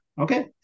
Okay